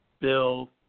Bill